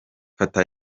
fata